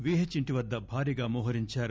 వీహిచ్ ఇంటి వద్ద భారీగా మోహరించారు